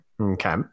Okay